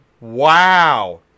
Wow